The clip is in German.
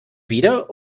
wieder